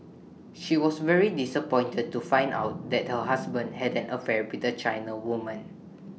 she was very disappointed to find out that her husband had an affair with A China woman